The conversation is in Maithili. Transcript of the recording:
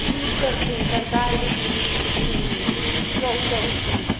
की करथिन सरकार भी ह्म्म ह्म्म ह्म्म कहू कहू सुनैत छी